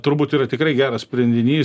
turbūt yra tikrai geras sprendinys